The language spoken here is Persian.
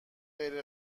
غیر